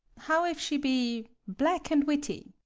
how if she be black and witty?